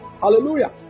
hallelujah